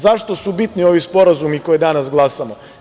Zašto su bitni ovi sporazumi koje danas glasamo?